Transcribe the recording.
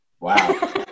Wow